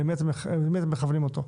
למי אתם מכוונים אותו?